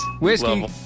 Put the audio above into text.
Whiskey